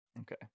okay